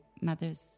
mother's